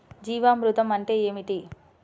జీవామృతం అంటే ఏమిటి?